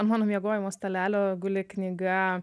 an mano miegojimo stalelio guli knyga